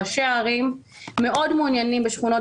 ראשי הערים מאוד מעוניינים בשכונות